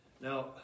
Now